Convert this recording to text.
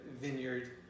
Vineyard